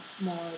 more